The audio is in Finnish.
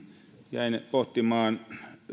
jäin pohtimaan